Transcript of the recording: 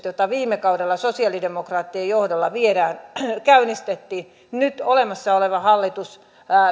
joita viime kaudella sosialidemokraattien johdolla käynnistettiin nyt olemassa oleva hallitus